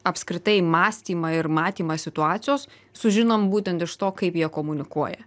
apskritai mąstymą ir matymą situacijos sužinom būtent iš to kaip jie komunikuoja